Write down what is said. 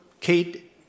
Kate